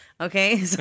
okay